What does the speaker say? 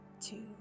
two